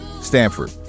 Stanford